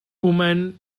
woman